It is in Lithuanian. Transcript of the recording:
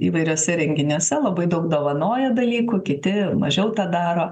įvairiuose renginiuose labai daug dovanoja dalykų kiti mažiau tą daro